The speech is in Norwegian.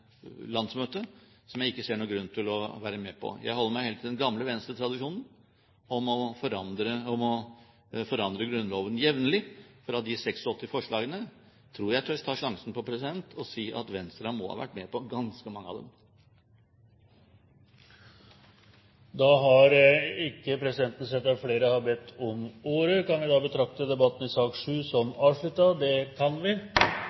landsmøte som jeg ikke ser noen grunn til å være med på. Jeg holder meg heller til den gamle Venstre-tradisjonen om å forandre Grunnloven jevnlig, for når det gjelder de 86 forslagene, tror jeg at jeg tør ta sjansen på å si at Venstre må ha vært med på ganske mange av dem. Flere har ikke